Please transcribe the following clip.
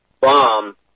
bomb